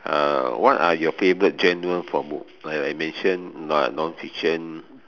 uh are what are you favorite genre for book like I mention non fiction